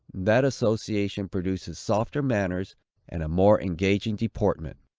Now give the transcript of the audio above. that association produces softer manners and a more engaging deportment.